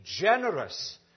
generous